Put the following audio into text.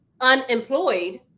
unemployed